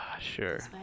Sure